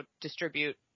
distribute